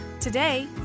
Today